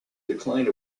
decline